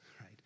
right